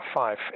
five